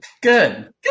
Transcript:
Good